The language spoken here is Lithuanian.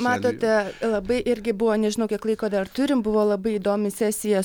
matote labai irgi buvo nežinau kiek laiko dar turim buvo labai įdomisi sesija